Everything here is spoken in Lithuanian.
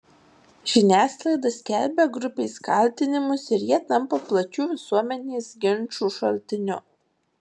žiniasklaida skelbia grupės kaltinimus ir jie tampa plačių visuomenės ginčų šaltiniu